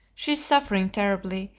she is suffering terribly,